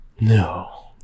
No